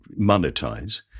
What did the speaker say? monetize